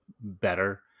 better